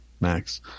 max